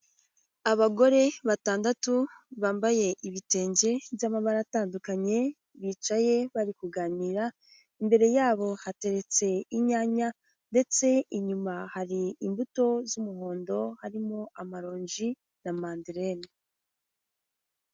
Abagore batandatu bambaye ibitenge by'amabara atandukanye, bicaye bari kuganira, imbere yabo hateretse inyanya ndetse inyuma hari imbuto z'umuhondo, harimo amaronji na manderine.